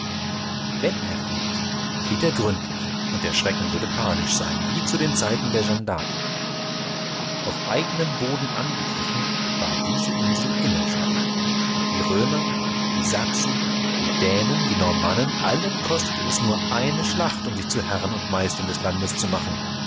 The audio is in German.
wenn er flieht flieht er gründlich und der schrecken würde panisch sein wie zu den zeiten der jeanne d'arc auf eignem boden angegriffen war diese insel immer schwach die römer die sachsen die dänen die normannen allen kostete es nur eine schlacht um sich zu herren und meistern des landes zu machen